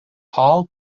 pol